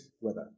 weather